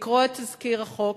לקרוא את תזכיר החוק,